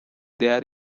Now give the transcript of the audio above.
there